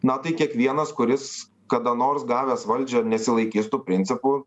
na tai kiekvienas kuris kada nors gavęs valdžią nesilaikys tų principų